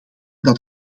dat